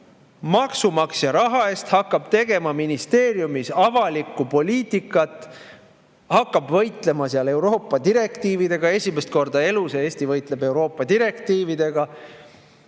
maksumaksja raha eest hakkab tegema ministeeriumis avalikku poliitikat, hakkab võitlema seal Euroopa direktiividega. Esimest korda elus Eesti võitleb Euroopa direktiividega!